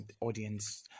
audience